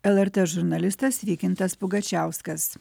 lrt žurnalistas vykintas pugačiauskas